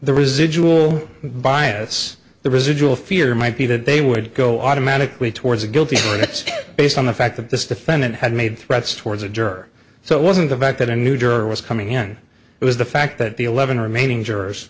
the residual bias the residual fear might be that they would go automatically towards a guilty plea based on the fact that this defendant had made threats towards a juror so it wasn't the fact that a new juror was coming in it was the fact that the eleven remaining jurors